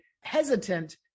hesitant